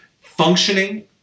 functioning